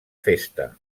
festa